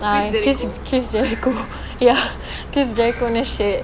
ah chris chris jericho ya chris jericho the shirt